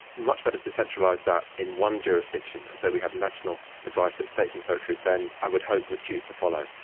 much better to centralise that in one jurisdiction, and so we have national advice that states and territories then i would hope would choose to follow.